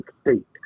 state